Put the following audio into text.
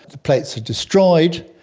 the plates are destroyed,